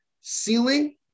ceiling